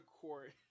court